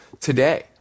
today